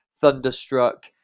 Thunderstruck